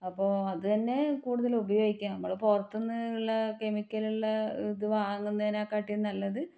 അപ്പോൾ അത് തന്നെ കൂടുതലുപയോഗിക്കുക നമ്മൾ പുറത്ത്ന്നുള്ള കെമിക്കലുള്ള ഇത് വാങ്ങുന്നതിനെക്കാട്ടിൽ നല്ലത്